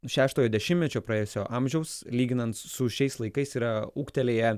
šeštojo dešimtmečio praėjusio amžiaus lyginant su šiais laikais yra ūgtelėję